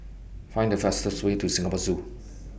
Find The fastest Way to Singapore Zoo